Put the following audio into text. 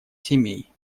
семей